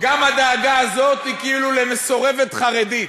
גם הדאגה הזאת היא כאילו למסורבת חרדית,